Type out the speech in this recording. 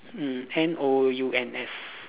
mm N O U N S